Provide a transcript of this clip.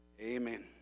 Amen